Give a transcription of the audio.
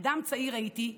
"אדם צעיר הייתי,